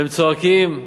והם צועקים: